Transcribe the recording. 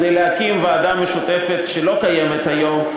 כדי להקים ועדה משותפת שלא קיימת היום,